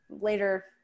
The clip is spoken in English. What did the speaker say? later